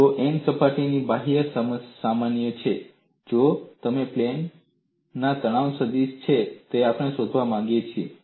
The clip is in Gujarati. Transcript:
જો n સપાટીની બાહ્ય સામાન્ય છે તો તે પ્લેનમાં તણાવ સદીશ તે છે જે આપણે શોધવા માંગીએ છીએ